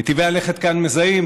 מיטיבי הלכת כאן מזהים,